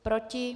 Proti?